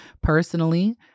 personally